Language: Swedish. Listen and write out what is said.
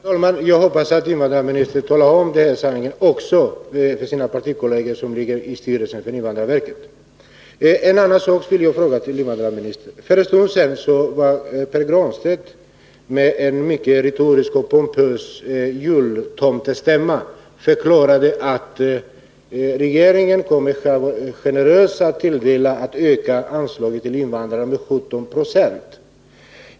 Herr talman! Jag hoppas att invandrarministern talar om detta också för de partikolleger som sitter i styrelsen för invandrarverket. En annan sak: För en stund sedan förklarade Pär Granstedt med mycket retorisk och pompös jultomtestämma att regeringen generöst kommer att öka anslaget till invandrare med 17 96.